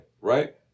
right